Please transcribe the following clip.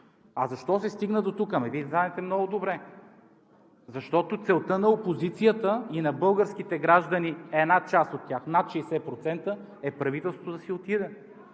А защо се стигна до тук? Ами Вие знаете много добре. Защото целта на опозицията и на българските граждани – една част от тях, над 60%, е правителството да си отиде,